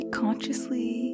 consciously